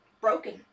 broken